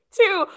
two